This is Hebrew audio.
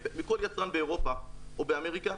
מכל יצרן מאירופה או מאמריקה,